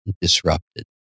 disrupted